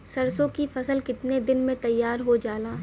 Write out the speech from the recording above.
सरसों की फसल कितने दिन में तैयार हो जाला?